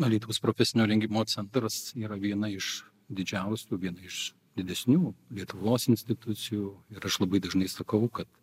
alytaus profesinio rengimo centras yra viena iš didžiausių viena iš didesnių lietuvos institucijų ir aš labai dažnai sakau kad